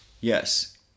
Yes